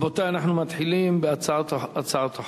רבותי, אנחנו מתחילים בהצעות החוק.